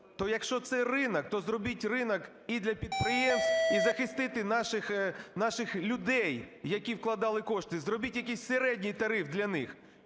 То якщо це ринок, то зробіть ринок і для підприємств, і захистити наших людей, які вкладали кошти. Зробіть якийсь середній тариф для них.